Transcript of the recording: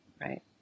right